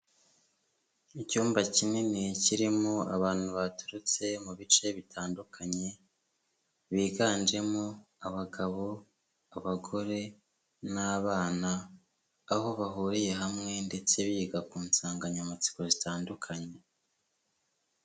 Icyumba kinini kirimo abantu baturutse mu bice bitandukanye, biganjemo abagabo, abagore n'abana. Aho bahuriye hamwe ndetse biga ku nsanganyamatsiko zitandukanye.